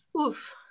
oof